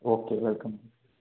okay welcome